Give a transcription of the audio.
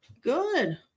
Good